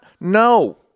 no